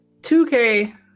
2K